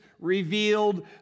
revealed